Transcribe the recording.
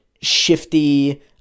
shifty